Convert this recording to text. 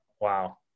Wow